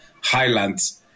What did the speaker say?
highlands